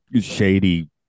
shady